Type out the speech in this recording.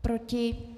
Proti?